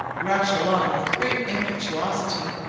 rush along with great impetuosity,